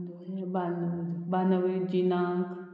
बान बानावले जिनाक